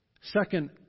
Second